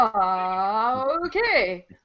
Okay